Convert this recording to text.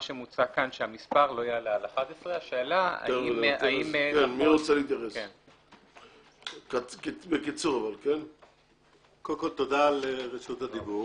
מה שמוצע כאן - שהמספר לא יעלה על 11. תודה על רשות הדיבור.